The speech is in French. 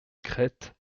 crête